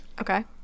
Okay